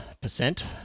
percent